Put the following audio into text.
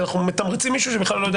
כי אנחנו מתמרצים מישהו שבכלל לא יודע